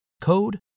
code